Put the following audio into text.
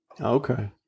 Okay